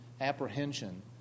apprehension